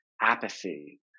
apathy